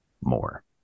more